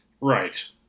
right